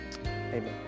Amen